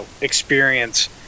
experience